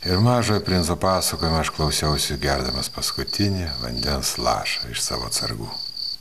ir mažojo princo pasakojimo aš klausiausi gerdamas paskutinį vandens lašą iš savo atsargų